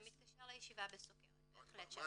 זה מתקשר לישיבה על סכרת.